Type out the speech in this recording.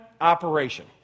operation